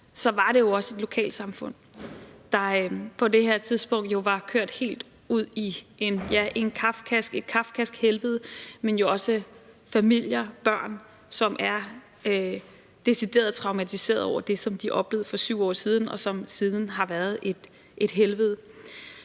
så var det også et lokalsamfund, der jo på det her tidspunkt var kørt ud i et kafkask helvede, men også familier og børn, som er decideret traumatiseret over det, som de oplevede for 7 år siden, og som siden har været et helvede.